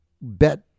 bet